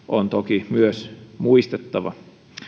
on toki myös muistettava